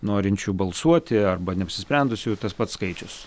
norinčių balsuoti arba neapsisprendusiųjų tas pats skaičius